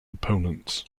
opponents